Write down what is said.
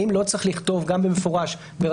האם לא צריך לכתוב גם במפורש בחוק,